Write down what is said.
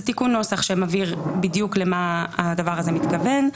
תיקון נוסח שמבהיר בדיוק למה הדבר הזה מתכוון.